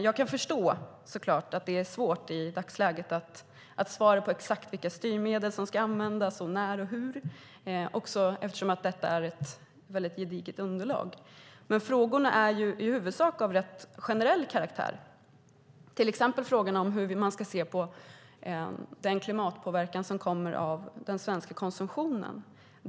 Jag kan förstå att det är svårt att i dagsläget svara på exakt vilka styrmedel som ska användas och när och hur de ska användas eftersom detta är ett mycket gediget underlag. Men frågorna är i huvudsak av rätt generell karaktär. Det gäller till exempel frågan om hur man ska se på den klimatpåverkan som den svenska konsumtionen har.